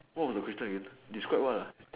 what was the question again describe what ah